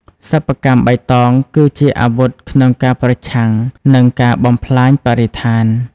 សិប្បកម្មបៃតងគឺជាអាវុធក្នុងការប្រឆាំងនឹងការបំផ្លាញបរិស្ថាន។